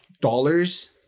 dollars